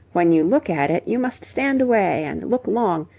when you look at it, you must stand away and look long,